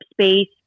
space